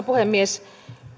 puhemies